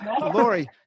Lori